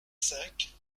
cinq